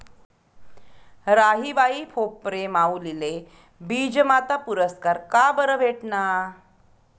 राहीबाई फोफरे माउलीले बीजमाता पुरस्कार काबरं भेटना?